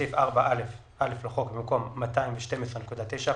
בסעיף 4א(א) לחוק, במקום "212.9 אחוזים"